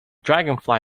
dragonfly